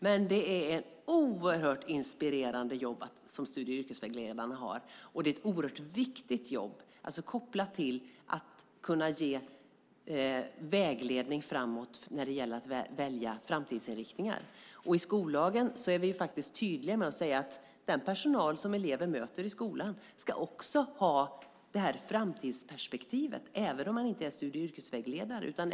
Men det är ett oerhört inspirerande jobb studie och yrkesvägledarna har, och det är ett oerhört viktigt jobb, kopplat till att kunna ge vägledning framåt när det gäller att välja framtidsinriktningar. I skollagen är vi tydliga med att säga att den personal som eleven möter i skolan också ska ha framtidsperspektivet, även om man inte är studie och yrkesvägledare.